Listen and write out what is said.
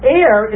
air